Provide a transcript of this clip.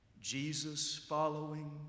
Jesus-following